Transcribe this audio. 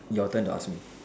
your turn ask me